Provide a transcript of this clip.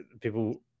people